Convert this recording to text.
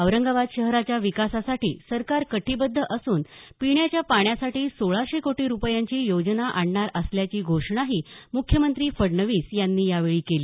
औरंगाबाद शहराच्या विकासासाठी सरकार कटीबध्द असून पिण्याच्या पाण्यासाठी सोळाशे कोटी रूपयांची योजना आणणार असल्याची घोषणाही मुख्यमंत्री फडणवीस यांनी यावेळी केली